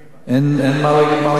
אין מה להגיד.